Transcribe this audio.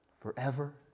Forever